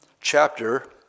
chapter